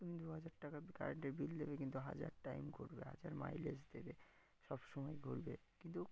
তুমি দু হাজার টাকা কার্ডে বিল দেবে কিন্তু হাজার টাইম ঘুরবে হাজার মাইলেজ দেবে সব সময় ঘুরবে কিন্তু